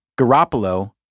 Garoppolo